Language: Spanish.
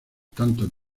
tanto